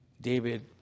david